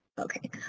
okay.